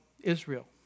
Israel